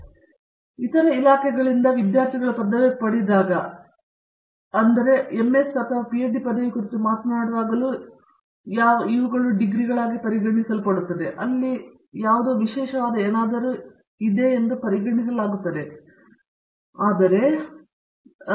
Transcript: ಅಲ್ಲದೆ ನಿಮ್ಮ ಇಲಾಖೆಯಿಂದ ವಿದ್ಯಾರ್ಥಿಗಳು ಪದವಿ ಪಡೆದಾಗ ನಾವು MS ಪದವಿ ಅಥವಾ PhD ಪದವಿ ಕುರಿತು ಮಾತನಾಡುವಾಗಲೂ ಇವುಗಳು ಯಾವಾಗಲೂ ಡಿಗ್ರಿಗಳಾಗಿ ಪರಿಗಣಿಸಲ್ಪಡುತ್ತವೆ ಅಲ್ಲಿ ಯಾವುದೋ ವಿಶೇಷವಾದ ಏನಾದರೂ ವಿಶಿಷ್ಟವೆಂದು ಪರಿಗಣಿಸಲಾಗುತ್ತದೆ ಮತ್ತು ಆದ್ದರಿಂದ ಪದವೀಧರರ ವಿಷಯದಲ್ಲಿ ಜನರಲ್ಲಿ ಈ ಭಾವನೆ ಯಾವಾಗಲೂ ಇರುತ್ತದೆ